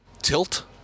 tilt